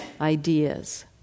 ideas